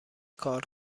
کار